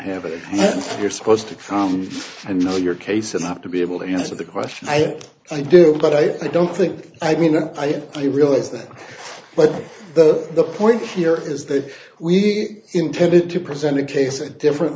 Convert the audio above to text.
it you're supposed to come and know your case and i have to be able to answer the question i think i do but i don't think i mean i i realize that but the point here is that we intended to present a case at different